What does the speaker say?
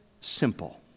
simple